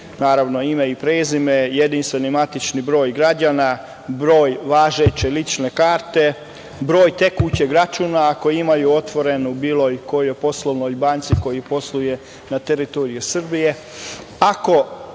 naravno ime i prezime, jedinstveni matični broj građana, broj važeće lične karte, broj tekućeg računa ako imaju otvoren u bilo kojoj poslovnoj banci koja posluje na teritoriji Srbije.